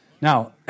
Now